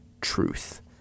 truth